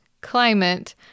climate